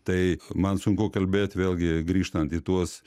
tai man sunku kalbėt vėlgi grįžtant į tuos